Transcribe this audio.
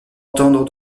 entendre